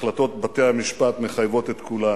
והחלטות בתי-המשפט מחייבות את כולנו.